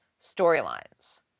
storylines